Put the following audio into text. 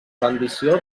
rendició